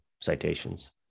citations